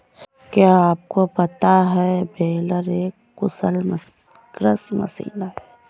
क्या आपको पता है बेलर एक कुशल कृषि मशीन है?